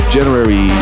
January